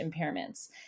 impairments